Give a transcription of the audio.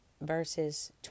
verses